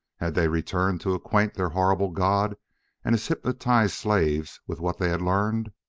had they returned to acquaint their horrible god and his hypnotised slaves with what they had learned?